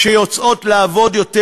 שיוצאות לעבוד יותר